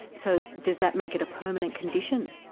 so does that make it a permanent condition?